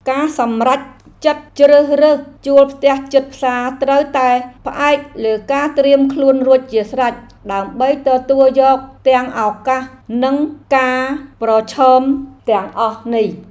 ការសម្រេចចិត្តជ្រើសរើសជួលផ្ទះជិតផ្សារត្រូវតែផ្អែកលើការត្រៀមខ្លួនរួចជាស្រេចដើម្បីទទួលយកទាំងឱកាសនិងការប្រឈមទាំងអស់នេះ។